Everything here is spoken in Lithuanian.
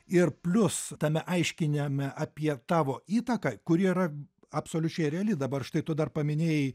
ir plius tame aiškinime apie tavo įtaką kuri yra absoliučiai reali dabar štai tu dar paminėjai